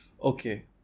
Okay